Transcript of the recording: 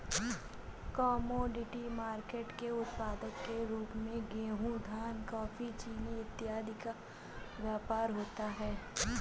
commodity market के उत्पाद के रूप में गेहूं धान कॉफी चीनी इत्यादि का व्यापार होता है